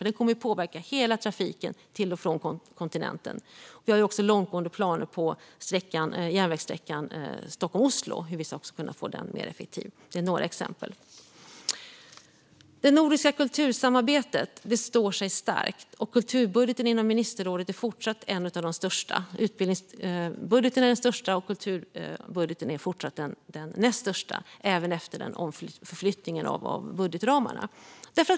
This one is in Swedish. Den kommer att påverka hela trafiken till och från kontinenten. Vi har också långtgående planer på järnvägssträckan Stockholm-Oslo och hur vi ska kunna få den mer effektiv. Det är några exempel. Det nordiska kultursamarbetet står sig starkt. Kulturbudgeten inom ministerrådet är fortsatt en av de största. Utbildningsbudgeten är den största, och kulturbudgeten är fortsatt den näst största även efter omflyttningen av budgetramarna.